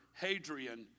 Hadrian